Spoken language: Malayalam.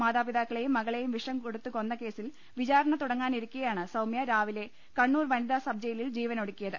മാതാപിതാക്ക ളെയും മകളെയും വിഷം കൊടുത്ത് കൊന്ന കേസിൽ വിചാരണ തുടങ്ങാനിരിക്കെയാണ് സൌമ്യ രാവിലെ കണ്ണൂർ വനിതാ സബ്ജ യിലിൽ ജീവനൊടുക്കിയത്